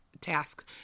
tasks